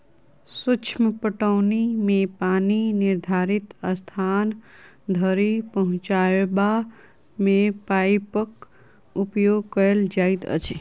सूक्ष्म पटौनी मे पानि निर्धारित स्थान धरि पहुँचयबा मे पाइपक उपयोग कयल जाइत अछि